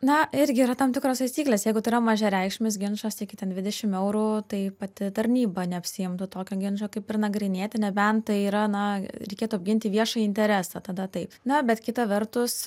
na irgi yra tam tikros taisyklės jeigu tai yra mažareikšmis ginčas siekia ten dvidešimt eurų tai pati tarnyba neapsiimtų tokio ginčo kaip ir nagrinėti nebent tai yra na reikėtų apginti viešąjį interesą tada taip na bet kita vertus